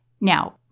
Now